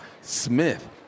Smith